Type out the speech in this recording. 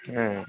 হুম